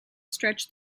stretch